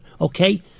Okay